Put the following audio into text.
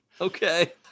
Okay